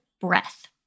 breath